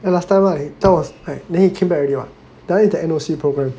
and last time I thought was then he came back already [what] that one is the N_O_C programme